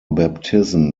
baptism